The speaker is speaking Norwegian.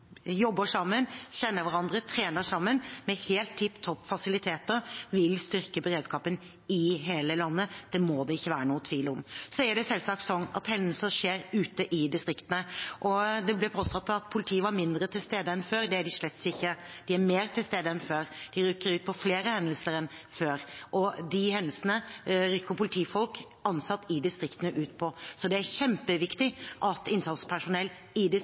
jobber sammen, kjenner hverandre, trener sammen med helt tipp topp fasiliteter, vil styrke beredskapen i hele landet. Det må det ikke være noen tvil om. Det er selvsagt sånn at hendelser skjer ute i distriktene. Det blir påstått at politiet er mindre til stede enn før. Det er de slett ikke – de er mer til stede enn før. De rykker ut på flere hendelser enn før, og de hendelsene rykker politifolk ansatt i distriktene ut på. Så det er kjempeviktig at innsatspersonell i